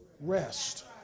rest